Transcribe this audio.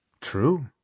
True